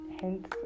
hence